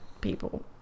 people